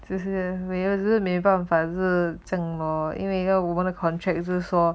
只是我真的没办法是整 lor 因为一个 wanna contract 之说